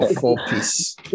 four-piece